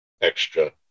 extra